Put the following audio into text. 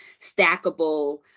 stackable